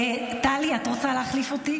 טלי, את רוצה להחליף אותי?